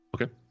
Okay